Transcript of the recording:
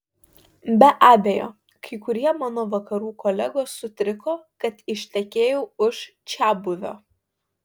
be abejo kai kurie mano vakarų kolegos sutriko kad ištekėjau už čiabuvio